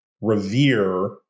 revere